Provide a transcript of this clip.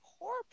poor